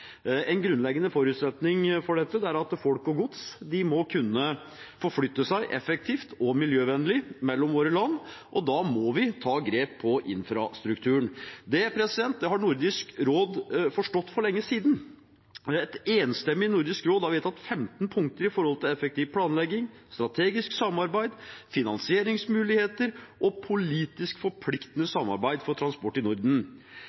En grunnleggende forutsetning for dette er at folk og gods må kunne forflytte seg effektivt og miljøvennlig mellom våre land, og da må vi ta grep om infrastrukturen. Det har Nordisk råd forstått for lenge siden. Et enstemmig Nordisk råd har vedtatt 15 punkter for effektiv planlegging, strategisk samarbeid, finansieringsmuligheter og politisk forpliktende samarbeid for transport i Norden.